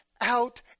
out